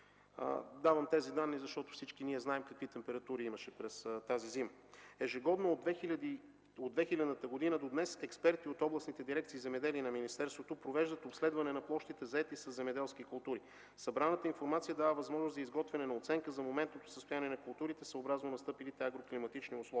Давам тези данни, защото всички знаем какви температури имаше през тази зима. Ежегодно от 2000 г. до днес експерти от областните дирекции „Земеделие” на министерството провеждат обследване на площите, заети със земеделски култури. Събраната информация дава възможност за изготвяне на оценка за моментното състояние на културите съобразно настъпилите агроклиматични условия.